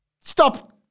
Stop